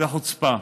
זו חוצפה,